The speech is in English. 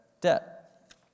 debt